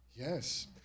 Yes